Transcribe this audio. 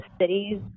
cities